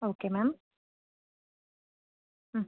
okay ma'am ಹ್ಞೂ